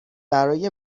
برای